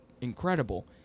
incredible